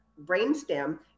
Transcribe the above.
brainstem